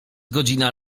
godzina